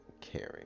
caring